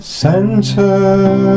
center